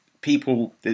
people